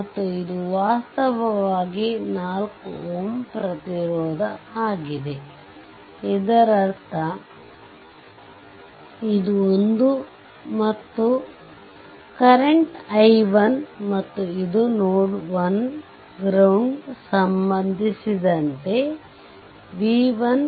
ಮತ್ತು ಇದು ವಾಸ್ತವವಾಗಿ 4 Ω ಪ್ರತಿರೋಧಆಗಿದೆ ಇದರರ್ಥ ಇದು ಒಂದು ಮತ್ತು ಕರೆಂಟ್ i1 ಮತ್ತು ಇದು ನೋಡ್ 1 ಗ್ರೌಂಡ್ ಸಂಬಂದಿಸಿದಂತೆ v1